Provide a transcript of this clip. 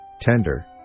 tender